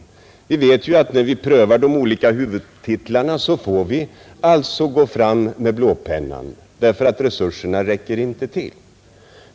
Vi vet ju att när vi prövar de olika huvudtitlarna får vi gå fram med blåpennan därför att resurserna inte räcker till.